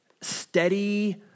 steady